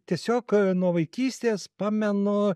tiesiog a nuo vaikystės pamenu